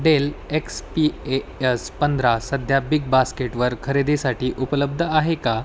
del X P S पंधरा सध्या बिगबास्केटवर खरेदीसाठी उपलब्ध आहे का